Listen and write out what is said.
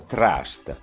Trust